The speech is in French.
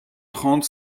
trente